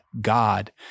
God